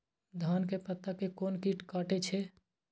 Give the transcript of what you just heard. धान के पत्ता के कोन कीट कटे छे?